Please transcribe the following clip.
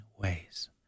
Ways